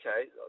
okay